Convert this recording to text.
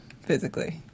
physically